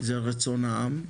זה רצון העם,